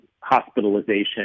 hospitalization